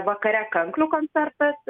vakare kanklių koncertas